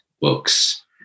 books